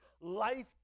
life